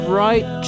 right